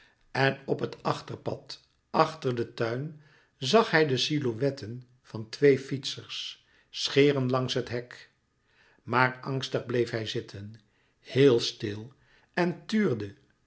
en op het achterpad achter den tuin zag hij de silhouetten van twee fietsers scheren langs het hek maar angstig bleef hij zitten heel stil en tuurde